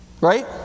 Right